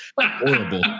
Horrible